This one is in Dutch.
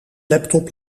laptop